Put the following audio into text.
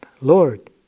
Lord